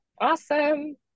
awesome